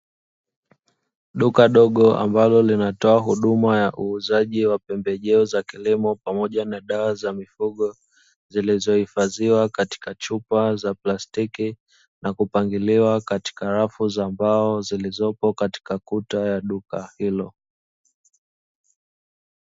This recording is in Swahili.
Duka dogo ambalo linatoa huduma ya uuzaji wa pembejeo za kilimo pamoja na dawa za mifugo zilizohifadhiwa katika chupa za plastiki, na kupangiliwa katika rafu za mbao zilizopo katika kuta ya duka hilo.